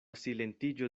silentiĝo